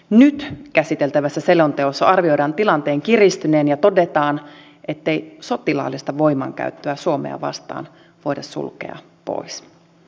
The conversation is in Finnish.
nyt käsiteltävässä selonteossa arvioidaan tilanteen kiristyneen ja todetaan ettei sotilaallista voimankäyttöä suomea vastaan voida sulkea pois